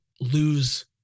lose